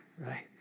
right